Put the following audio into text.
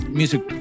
music